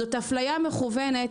זו אפליה מכוונת.